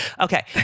Okay